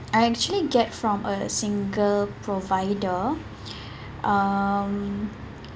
I actually get from a single provider um